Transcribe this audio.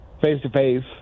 face-to-face